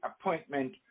appointment